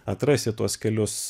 atrasti tuos kelius